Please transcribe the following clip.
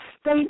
state